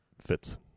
fits